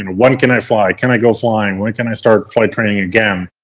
and when can i fly? can i go flying? when can i start flight training again?